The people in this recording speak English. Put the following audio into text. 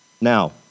Now